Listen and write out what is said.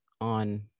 on